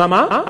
עם הצ'קלקה.